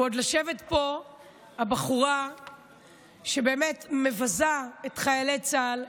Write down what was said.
ועוד יושבת פה הבחורה שבאמת מבזה את חיילי צה"ל,